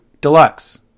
Deluxe